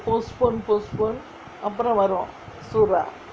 postpone postpone அப்ரோ வரும்:apro varum surat